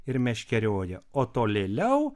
ir meškerioja o tolėliau